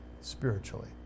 spiritually